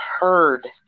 heard